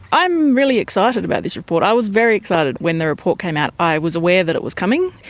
i'm really excited about this report. i was very excited when the report came out. i was aware that it was coming.